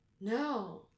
No